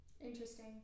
Interesting